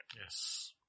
Yes